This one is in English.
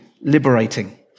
liberating